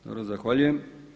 Dobro, zahvaljujem.